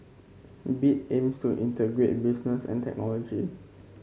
bit aims to integrate business and technology